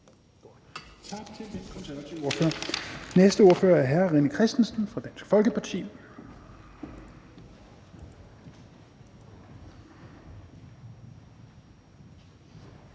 næste ordfører er hr. René Christensen fra Dansk Folkeparti.